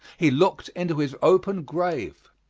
he looked into his open grave.